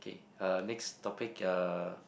K uh next topic uh